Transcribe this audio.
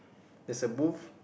there's a booth